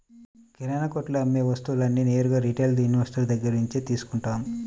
కిరణాకొట్టులో అమ్మే వస్తువులన్నీ నేరుగా రిటైల్ ఇన్వెస్టర్ దగ్గర్నుంచే తీసుకుంటాం